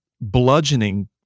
bludgeoning